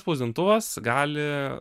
spausdintuvas gali